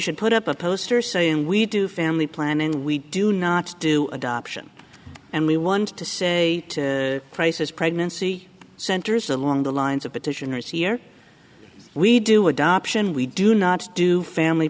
should put up a poster saying we do family planning we do not do adoption and we want to say crisis pregnancy centers along the lines of petitioners here we do adoption we do not do family